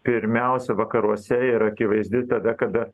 pirmiausia vakaruose ir akivaizdi tada kada